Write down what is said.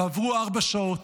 עברו ארבע שעות,